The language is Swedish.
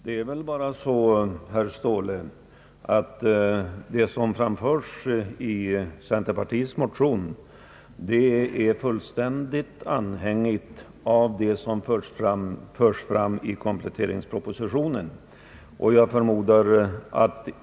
Men det är bara så, herr Ståhle, att det som framförs i centerpartiets motion är fullständigt avhängigt av det som har förts fram i kompletteringspropositionen.